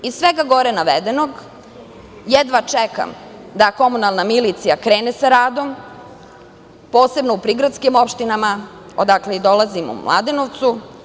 Iz svega gore navedenog, jedva čekam da komunalna milicija krene sa radom, posebno u prigradskim opštinama, odakle i dolazim, u Mladenovcu.